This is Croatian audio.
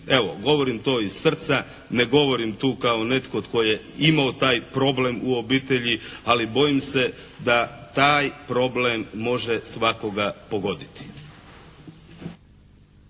evo, govorim to iz srca, ne govorim tu kao netko tko je imao taj problem u obitelji, ali bojim se da taj problem može svakoga pogoditi.